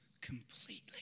completely